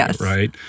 right